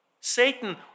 Satan